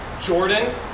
Jordan